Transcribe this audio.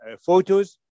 photos